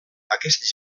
aquest